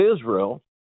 Israel